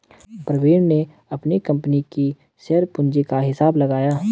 प्रवीण ने अपनी कंपनी की शेयर पूंजी का हिसाब लगाया